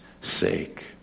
sake